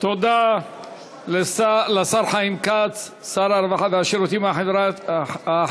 תודה לשר חיים כץ, שר הרווחה והשירותים החברתיים.